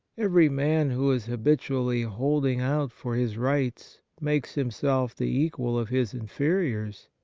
every man who is habitually holding out for his rights makes himself the equal of his inferiors,